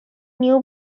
new